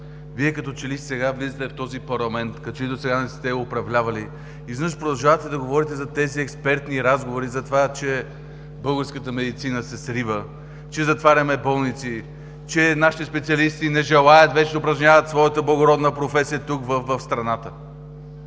Вие като че ли сега влизате в този парламент, като че ли досега не сте управлявали и изведнъж продължавате да говорите за тези експертни разговори, за това, че българската медицина се срива, че затваряме болници, че нашите специалисти вече не желаят да упражняват своята благородна професия тук, в страната.